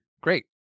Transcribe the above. great